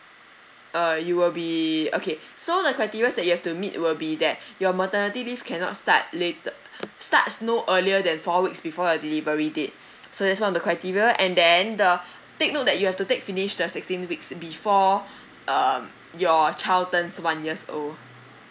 uh you will be okay so the criteria that you have to meet will be that your maternity leave cannot start later starts no earlier than four weeks before a delivery date so that's one of the criteria and then uh take note that you have to take finish the sixteen weeks before uh your child turns one years old